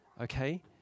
okay